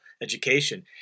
education